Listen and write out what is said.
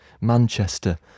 Manchester